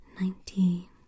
nineteen